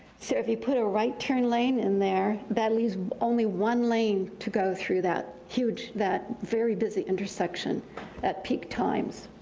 so if you put a right turn lane in there, that leaves only one lane to go through that huge, that very busy intersection at peak times.